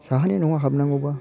साहानि न'आ हाबनांगौबा